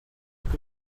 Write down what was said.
que